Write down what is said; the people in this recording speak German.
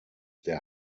der